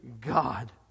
God